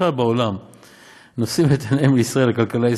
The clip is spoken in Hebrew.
בכלל בעולם,